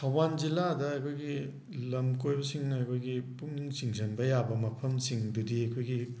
ꯊꯧꯕꯥꯜ ꯖꯤꯜꯂꯥꯗ ꯑꯩꯈꯣꯏꯒꯤ ꯂꯝ ꯀꯣꯏꯕꯁꯤꯡꯅ ꯑꯩꯈꯣꯏꯒꯤ ꯄꯨꯛꯅꯤꯡ ꯆꯤꯡꯁꯤꯟꯕ ꯌꯥꯕ ꯃꯐꯝꯁꯤꯡꯗꯨꯗꯤ ꯑꯩꯈꯣꯏꯒꯤ